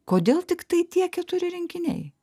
kodėl tiktai tie keturi rinkiniai